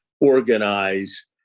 organize